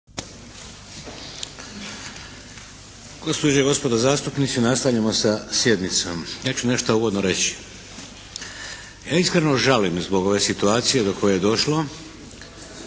Gospođe i gospodo zastupnici nastavljamo sa sjednicom. Ja ću nešto uvodno reći. Ja iskreno žalim zbog ove situacije do koje je došlo.